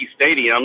Stadium